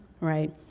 right